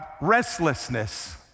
restlessness